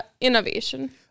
innovation